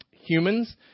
humans